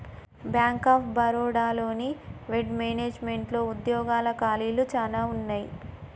bank of Baroda లోని wealth మేనేజ్మెంట్లో ఉద్యోగాల ఖాళీలు చానా ఉన్నయి